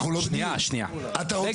אתה רוצה להעלות שאלות לפרוטוקול?